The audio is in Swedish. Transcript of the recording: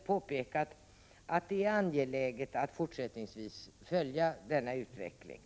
Där har vi påpekat att det är angeläget att fortsättningsvis följa denna utveckling.